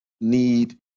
need